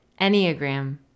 Enneagram